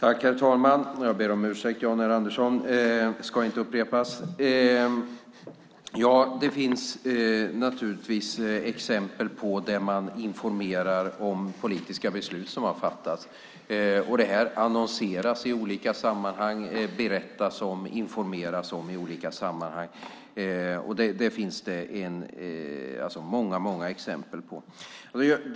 Herr talman! Jag ber Jan R Andersson om ursäkt. Det ska inte upprepas. Det finns naturligtvis exempel där man informerar om politiska beslut som har fattats. Man annonserar, berättar och informerar i olika sammanhang. Det finns det många exempel på.